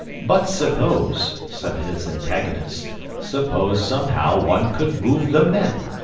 but suppose, said his antagonists suppose somehow one could move the men!